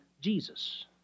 Jesus